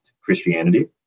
Christianity